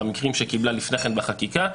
במקרים שקיבלה לפני כן בחקיקה,